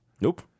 Nope